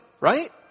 right